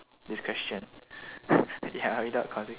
this question ya without consequence